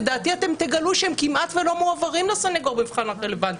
לדעתי תגלו שהם כמעט לא מועברים לסנגור במבחן הרלוונטיות,